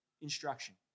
instruction